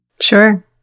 Sure